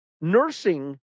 nursing